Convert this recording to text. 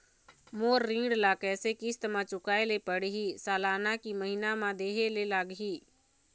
मोर ऋण ला कैसे किस्त म चुकाए ले पढ़िही, सालाना की महीना मा देहे ले लागही?